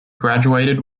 graduated